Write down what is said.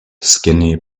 skinny